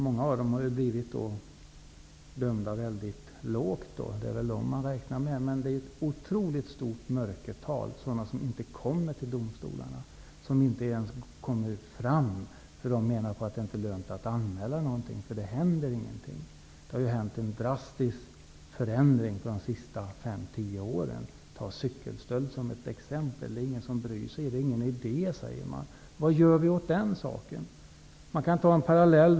Många av dem har blivit dömda till låga straff. Det är väl dem man räknar. Men det finns ett otroligt stort mörkertal, sådana som inte kommer till domstolarna. De kommer inte ens fram dit. De menar att det inte är lönt att anmäla någonting, eftersom det inte händer något. Det har ju skett en drastiskt förändring på de senaste fem--tio åren. Vi kan ta cykelstölder som ett exempel. Det är ingen som bryr sig om att anmäla dessa. Det är ingen som bryr sig. Det är ingen idé, säger man. Vad gör vi åt den saken? Vi kan ta en annan parallell.